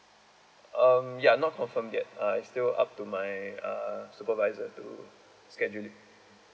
um ya not confirm yet uh it's still up to my uh supervisor to schedule it